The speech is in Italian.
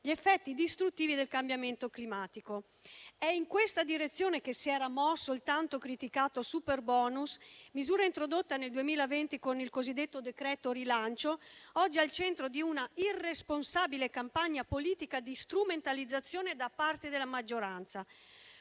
gli effetti distruttivi del cambiamento climatico. In questa direzione si era mosso il tanto criticato superbonus, misura introdotta nel 2020 con il cosiddetto decreto rilancio, oggi al centro di una irresponsabile campagna politica di strumentalizzazione da parte della maggioranza.